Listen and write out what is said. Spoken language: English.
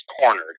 cornered